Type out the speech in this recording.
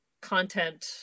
content